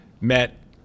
met